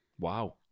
Wow